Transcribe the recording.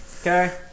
Okay